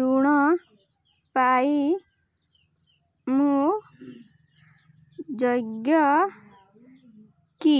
ଋଣ ପାଇ ମୁଁ ଯୋଗ୍ୟ କି